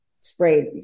sprayed